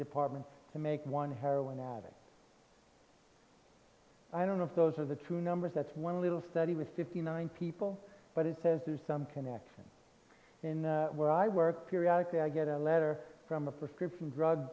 department to make one heroin addict i don't know of those are the true numbers that's one little study with fifty nine people but it says there's some connection in where i work periodically i get a letter from a prescription drug